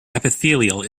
epithelial